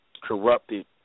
corrupted